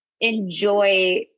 enjoy